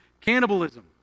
cannibalism